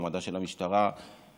מעמדה של המשטרה יתגמד,